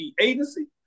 Agency